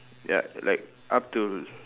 ya like up till